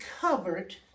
covered